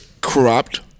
corrupt